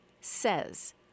says